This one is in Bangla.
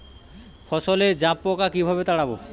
ফসলে জাবপোকা কিভাবে তাড়াব?